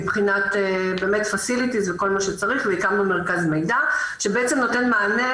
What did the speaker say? מבחינת פסיליטיז וכל מה שצריך והקמנו מרכז מידע שבעצם נותן מענה